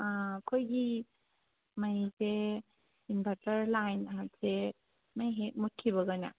ꯑꯩꯈꯣꯏꯒꯤ ꯃꯩꯁꯦ ꯏꯟꯚꯔꯇꯔ ꯂꯥꯏꯟꯁꯦ ꯃꯩ ꯍꯦꯛ ꯃꯨꯠꯈꯤꯕꯒꯅꯦ